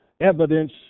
evidence